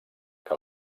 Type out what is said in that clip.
que